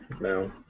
no